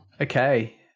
Okay